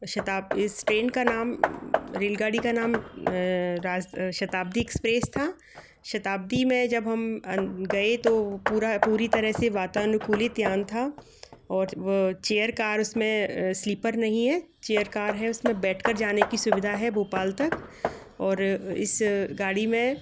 इस ट्रेन का नाम रेलगाड़ी का नाम राज शताब्दी एक्स्प्रेस था शताब्दी मे जब हम गए तो वो पूरा पूरी तरह से वातानुकूलित यान था और व चेयर कार उसमें स्लीपर नहीं है चेयर कार है उसमें बैठ कर जाने की सुविधा है भोपाल तक और इस गाड़ी में